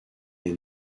est